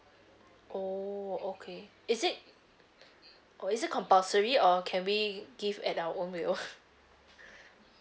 oo okay is it or is it compulsory or can we give at our own way